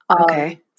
Okay